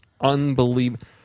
unbelievable